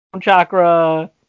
chakra